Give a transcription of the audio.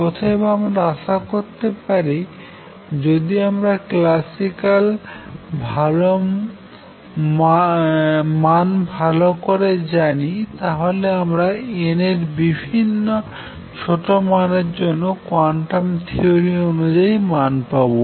অতএব আমারা আশা করতে পারি যে যদি আমরা ক্লাসিক্যাল মান ভালো করে জানি তাহলে আমরা n এর বিভিন্ন ছোট মানের জন্য কোয়ান্টাম থিওরি অনুযায়ী মান পাবো